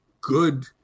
good